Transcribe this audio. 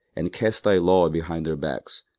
and cast thy law behind their backs,